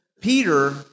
Peter